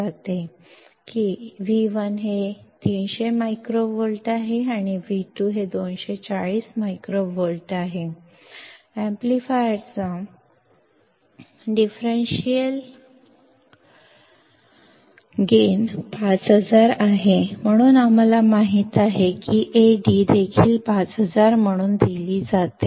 ಆದ್ದರಿಂದ V1 300 microvolt ಮತ್ತು V2 240 microvolt ಎಂದು ನೀಡಲಾಗಿದೆ ಆಂಪ್ಲಿಫೈಯರ್ ನ ಡಿಫರೆನ್ಷಿಯಲ್ ಗೈನ್ 5000 ಆದ್ದರಿಂದ Ad 5000 ಎಂದು ಸಹ ನೀಡಲಾಗಿದೆ ಎಂದು ನಮಗೆ ತಿಳಿದಿದೆ